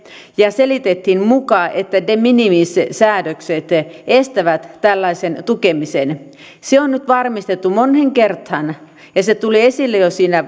ja selitettiin että de minimis säädökset muka estävät tällaisen tukemisen se on nyt varmistettu moneen kertaan ja se tuli esille jo siinä